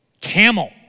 Camel